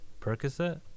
Percocet